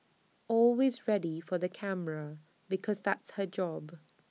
always ready for the camera because that's her job